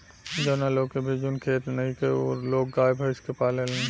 जावना लोग के भिजुन खेत नइखे उ लोग गाय, भइस के पालेलन